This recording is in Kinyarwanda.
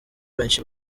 benshi